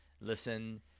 Listen